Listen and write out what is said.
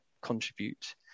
contribute